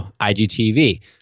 IGTV